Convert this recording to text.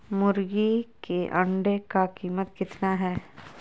मुर्गी के अंडे का कीमत कितना है?